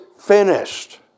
finished